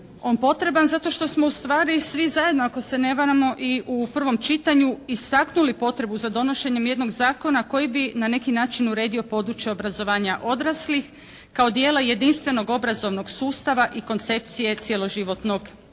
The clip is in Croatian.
on potreban zato što smo ustvari svi zajedno ako se ne varamo i u prvom čitanju istaknuli potrebnu za donošenjem jednog zakona koji bi na neki način uredio područja obrazovanja odraslih kao dijela jedinstvenog obrazovnog sustava i koncepcije cijelo životnog učenja.